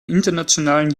internationalen